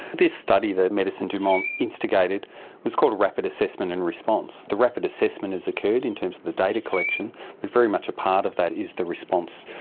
this study that medecins du monde instigated was called a rapid assessment and response. the rapid assessment has occurred in terms of the data collection and very much a part of that is the response.